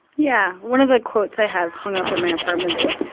yeah. one of the quotes i have hung up at my apartment is,